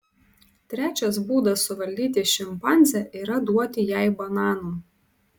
trečias būdas suvaldyti šimpanzę yra duoti jai bananų